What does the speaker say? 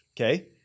Okay